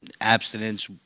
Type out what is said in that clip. abstinence